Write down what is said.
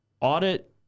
audit